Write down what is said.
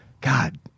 God